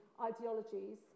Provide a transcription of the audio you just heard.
ideologies